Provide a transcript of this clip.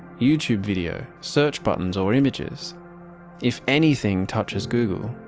youtube video, search buttons or images if anything touches google,